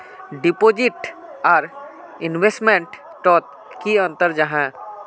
Deposit आर investment तोत की अंतर जाहा?